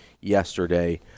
yesterday